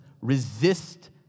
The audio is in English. Resist